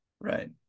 right